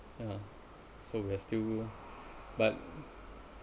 ya so we are still but